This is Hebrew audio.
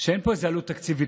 שאין פה איזה יותר עלות תקציבית.